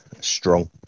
strong